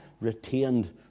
retained